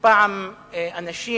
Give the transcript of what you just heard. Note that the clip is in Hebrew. פעם, אנשים